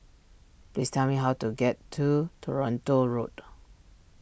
please tell me how to get to Toronto Road